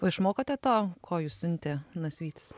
o išmokote to ko jus siuntė nasvytis